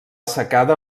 secada